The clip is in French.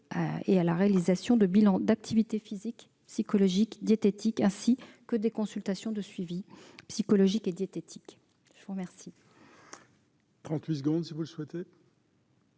et la réalisation de bilans d'activité physique, psychologique et diététique, ainsi que des consultations de suivi psychologique et diététique. La parole